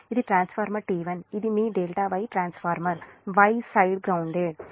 ఇది transformer T1 ఇది మీ ∆ Y transformer Y side grounded